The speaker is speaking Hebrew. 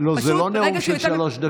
לא נהוג שלוש דקות.